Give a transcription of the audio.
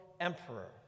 emperor